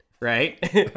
right